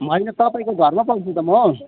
होइन तपाईँको घरमा पो आउँछु त म